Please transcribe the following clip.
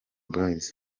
boyz